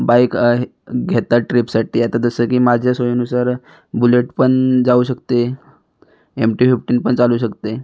bike हे घेतात ट्रीपसाठी आता जसं की माझ्या सोयीनुसार बुलेट पण जाऊ शकते एम टी फिफ्टीन पण चालू शकते